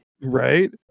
right